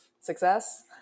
success